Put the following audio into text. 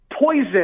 poison